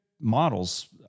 models